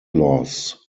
loss